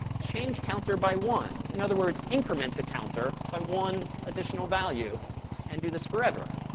change counter by one in other words, increment the counter by one additional value and do this forever.